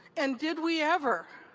and did we ever,